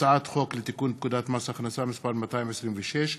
הצעת חוק לתיקון פקודת מס הכנסה (מס' 226),